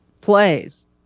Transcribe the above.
plays